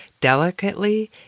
Delicately